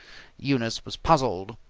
eunice was puzzled.